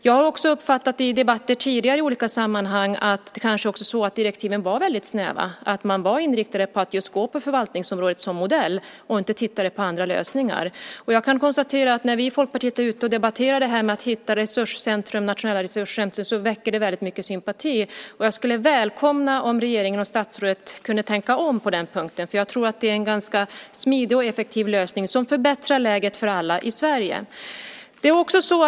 Jag har också uppfattat i debatter tidigare i olika sammanhang att det kanske också är så att direktiven var väldigt snäva - att man var inriktad på att just gå på förvaltningsområdet som modell och inte titta på andra lösningar. Jag kan konstatera att när vi i Folkpartiet är ute och debatterar det här med att hitta nationella resurscentrum så väcker det väldigt mycket sympati. Jag skulle välkomna om regeringen och statsrådet kunde tänka om på den punkten, för jag tror att det är en ganska smidig och effektiv lösning som förbättrar läget för alla i Sverige.